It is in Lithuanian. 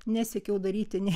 nesiekiau daryti nei